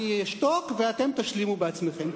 אני אשתוק ואתם תשלימו בעצמכם.